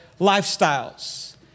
lifestyles